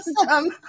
awesome